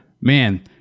man